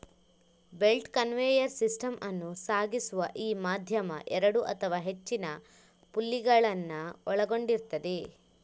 belt conveyor system ಅನ್ನು ಸಾಗಿಸುವ ಈ ಮಾಧ್ಯಮ ಎರಡು ಅಥವಾ ಹೆಚ್ಚಿನ ಪುಲ್ಲಿಗಳನ್ನ ಒಳಗೊಂಡಿರ್ತದೆ